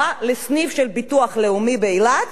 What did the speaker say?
באה לסניף של הביטוח הלאומי באילת